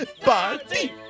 Party